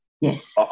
Yes